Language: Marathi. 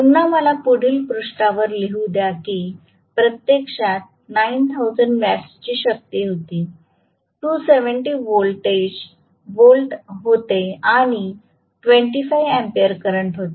पुन्हा मला पुढील पृष्ठावर लिहू द्या की प्रत्यक्षात 9000 वॅट्सची शक्ती होती 270 व्होल्ट व्होल्टेज होते आणि 25 अँपिअर करंट होते